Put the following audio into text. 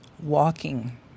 walking